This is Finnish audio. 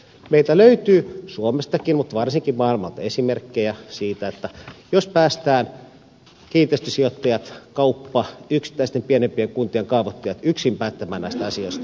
meiltä löytyy suomestakin mutta varsinkin maailmalta esimerkkejä siitä että jos päästetään kiinteistösijoittajat kauppa yksittäisten pienempien kuntien kaavoittajat yksin päättämään näistä asioista niin huonosti voi käydä